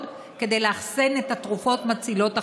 כדי לאחסן את התרופות מצילות החיים?